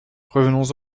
revenons